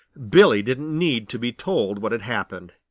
billy didn't need to be told what had happened.